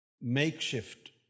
makeshift